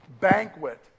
banquet